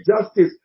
justice